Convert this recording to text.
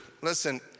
listen